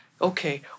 okay